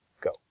go